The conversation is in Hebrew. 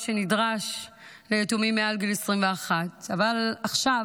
שנדרש ליתומים מעל גיל 21. אבל עכשיו